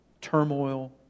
turmoil